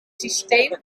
systeem